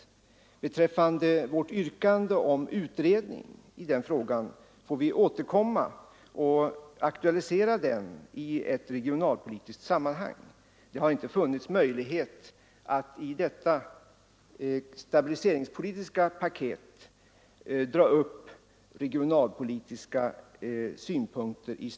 När det gäller vårt yrkande om utredning av den frågan får vi återkomma och aktualisera saken i ett regionalpolitiskt sammanhang. Det har inte funnits möjlighet att vid behandlingen av detta stabiliseringspolitiska paket föra fram och nå beslut om regionalpolitiska frågor.